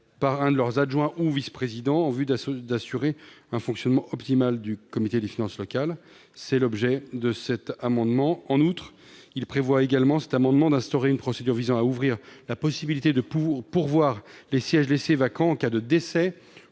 par un de leurs adjoints ou de leurs vice-présidents, en vue d'assurer un fonctionnement optimal du comité des finances locales. En outre, cet amendement tend également à instaurer une procédure visant à ouvrir la possibilité de pourvoir les sièges laissés vacants en cas de décès